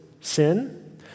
sin